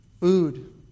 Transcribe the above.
food